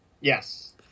Yes